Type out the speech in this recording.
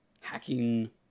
hacking